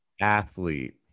athlete